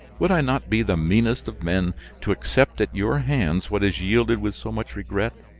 would i not be the meanest of men to accept at your hands what is yielded with so much regret?